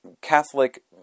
Catholic